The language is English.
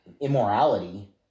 immorality